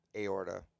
aorta